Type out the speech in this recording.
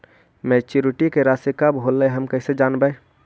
Maturity के रासि कब होलै हम कैसे जानबै?